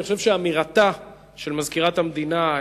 אני חושב שאמירתה של מזכירת המדינה,